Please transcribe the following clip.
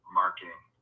marketing